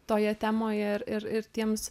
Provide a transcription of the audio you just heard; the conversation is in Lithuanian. toje temoje ir ir tiems